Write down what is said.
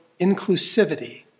inclusivity